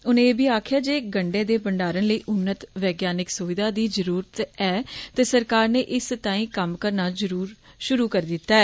उनें एह् बी आक्खेआ जे कि गंडे दे मंडारण लेई उन्नत वैज्ञानिक सुविधा दी जरूरत ऐ ते सरकार नै इस तांई कम्म करना शुरू करी दित्ता ऐ